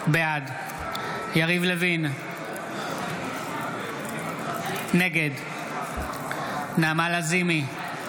בעד יריב לוין, נגד נעמה לזימי,